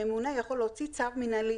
הממונה יכול להוציא צו מינהלי.